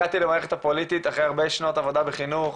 הגעתי למערכת הפוליטית אחרי הרבה שנות הכשרה בחינוך,